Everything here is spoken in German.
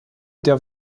der